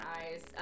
eyes